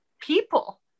people